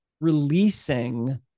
releasing